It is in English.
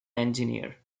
engineer